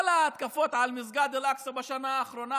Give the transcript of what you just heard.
כל ההתקפות על מסגד אל-אקצא בשנה האחרונה,